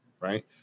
right